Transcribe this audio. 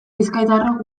bizkaitarrok